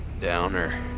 Downer